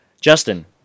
Justin